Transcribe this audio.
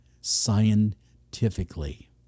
scientifically